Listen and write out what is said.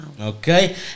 Okay